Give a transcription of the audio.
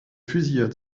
fusillade